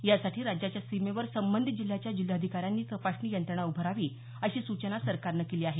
यासाठी राज्याच्या सीमेवर संबंधित जिल्ह्यांच्या जिल्हाधिकाऱ्यांनी तपासणी यंत्रणा उभारावी अशी सूचना सरकारनं केली आहे